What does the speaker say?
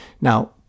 Now